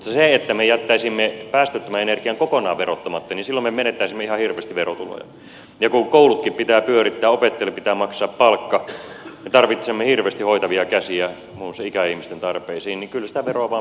mutta jos me jättäisimme päästöttömän energian kokonaan verottamatta silloin me menettäisimme ihan hirveästi verotuloja ja kun koulutkin pitää pyörittää ja opettajille pitää maksaa palkka me tarvitsemme hirveästi hoitavia käsiä muun muassa ikäihmisten tarpeisiin niin kyllä sitä veroa vain pitää jostakin periä